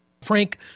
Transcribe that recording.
Frank